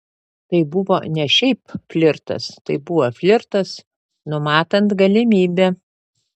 tai buvo ne šiaip flirtas tai buvo flirtas numatant galimybę